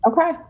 Okay